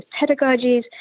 pedagogies